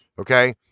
Okay